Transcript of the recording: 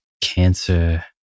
cancer